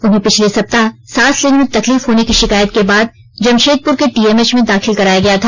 उन्हें पिछले सप्ताह सांस लेने में तकलीफ होने की शिकायत के बाद जमशेदपुर के टीएमएच में दाखिल कराया गया था